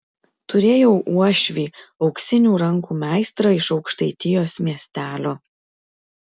turėjau uošvį auksinių rankų meistrą iš aukštaitijos miestelio